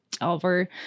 over